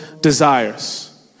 desires